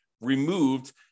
removed